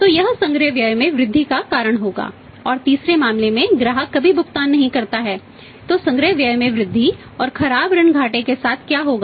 तो यह संग्रह व्यय में वृद्धि का कारण होगा और तीसरे मामले में ग्राहक कभी भुगतान नहीं करता है तो संग्रह व्यय में वृद्धि और खराब ऋण घाटे के साथ क्या होगा